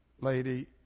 lady